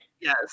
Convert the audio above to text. yes